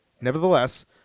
nevertheless